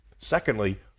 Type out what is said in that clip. Secondly